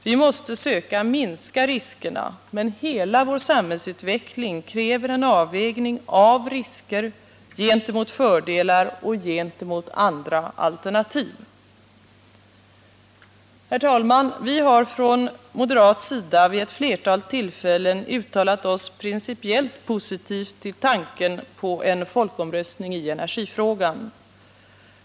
Vi måste söka minska riskerna, men hela vår samhällsutveckling kräver en avvägning av risker gentemot fördelar och gentemot andra alternativ. Herr talman! Vi har från moderat håll vid flera tillfällen uttalat oss principiellt positivt till tanken på en folkomröstning i energifrågan.